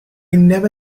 never